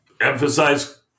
emphasize